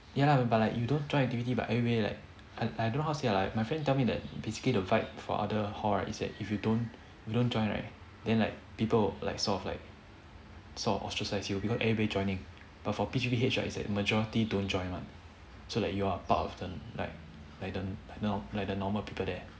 ya lah but like you don't join activity but everybody like I I don't know how to say ah like my friend tell me that basically the vibe for other hall right is that if you don't you don't join right then like people will like sort of like sort of ostracise you because everybody joining but for P_G_P H right is like majority don't join one so like you're part of the like like the like the normal people there